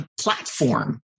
platform